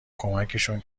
کمکشون